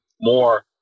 more